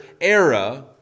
era